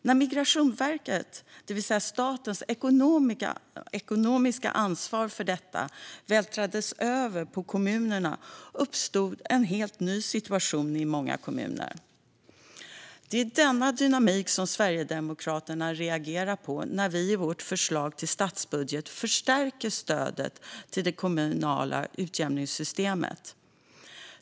När Migrationsverkets, det vill säga statens, ekonomiska ansvar för detta vältrades över på kommunerna uppstod en helt ny situation i många kommuner. Det är denna dynamik som vi sverigedemokrater reagerar på när vi i vårt förslag till statsbudget förstärker stödet till det kommunala utjämningssystemet.